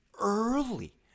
early